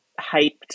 hyped